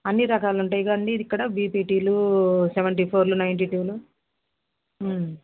అన్ని రకాలు ఉంటయిగా అండి ఇక్కడ బీపీటీలు సెవెంటీ ఫోర్లు నైంటీ టూలు